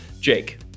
Jake